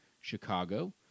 Chicago